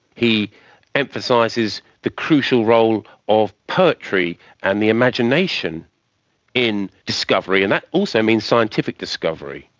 he emphasises the crucial role of poetry and the imagination in discovery, and that also means scientific discovery.